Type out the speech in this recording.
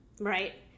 Right